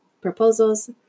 proposals